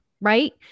right